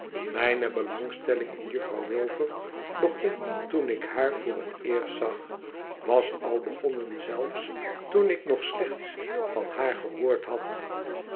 mijne belangstelling in juffrouw wilfer begon toen ik haar voor het eerst zag was al begonnen zelfs toen ik nog slechts van haar gehoord had